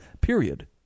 period